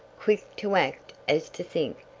quick to act as to think,